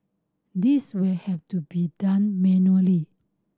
this will have to be done manually